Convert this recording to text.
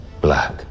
black